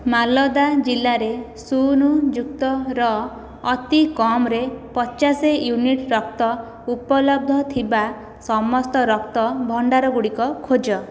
ମାଲଦା ଜିଲ୍ଲାରେ ଓ ପଜିଟିଭ୍ର ଅତିକମ୍ରେ ପଚାଶ ୟୁନିଟ୍ ରକ୍ତ ଉପଲବ୍ଧ ଥିବା ସମସ୍ତ ରକ୍ତଭଣ୍ଡାର ଗୁଡ଼ିକ ଖୋଜ